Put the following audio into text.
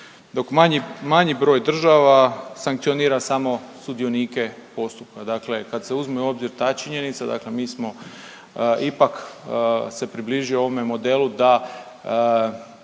manji broj država sankcionira samo sudionike postupka. Dakle, kad se uzme u obzir ta činjenica, dakle mi smo ipak se približili ovome modelu da,